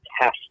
test